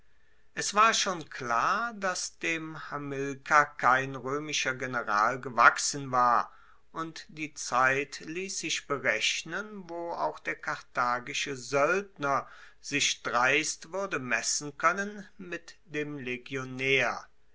es war schon klar dass dem hamilkar kein roemischer general gewachsen war und die zeit liess sich berechnen wo auch der karthagische soeldner sich dreist wuerde messen koennen mit dem legionaer